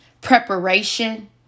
Preparation